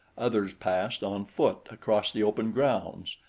others passed on foot across the open grounds,